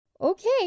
Okay